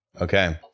Okay